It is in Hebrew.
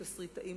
תסריטאים,